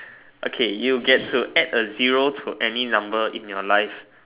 okay you got to add a zero to any number in your life